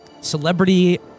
celebrity